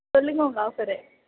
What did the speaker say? சொல்லுங்கள் உங்கள் ஆஃபரு